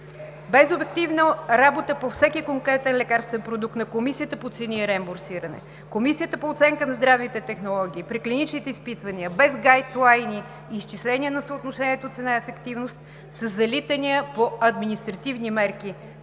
Без обективна работа по всеки конкретен лекарствен продукт на Комисията по цени и реимбурсиране, Комисията по оценка на здравните технологии при клиничните изпитвания, без гайтуайни, изчисления на съотношението „цена – ефективност“, със залитания по административни мерки